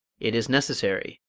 it is necessary,